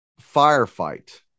firefight